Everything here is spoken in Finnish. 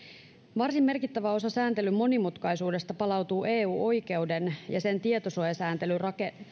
varsin merkittävä osa sääntelyn monimutkaisuudesta palautuu eu oikeuden ja sen tietosuojasääntelyn